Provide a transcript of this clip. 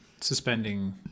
suspending